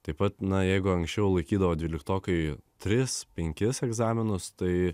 taip pat na jeigu anksčiau laikydavo dvyliktokai tris penkis egzaminus tai